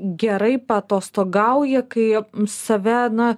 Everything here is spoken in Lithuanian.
gerai paatostogauja kai save na